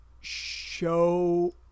show